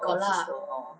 or your sister orh